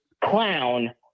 Clown